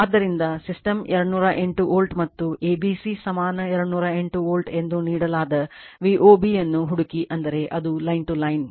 ಆದ್ದರಿಂದ system 208 volt ಮತ್ತು A B C ಸಮಾನ 208 ವೋಲ್ಟ್ ಎಂದು ನೀಡಲಾದ VOB ಯನ್ನು ಹುಡುಕಿ ಎಂದರೆ ಅದು ಲೈನ್ ಟು ಲೈನ್